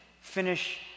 finish